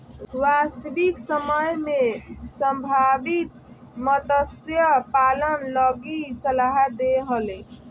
वास्तविक समय में संभावित मत्स्य पालन लगी सलाह दे हले